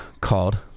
called